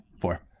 four